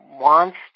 wants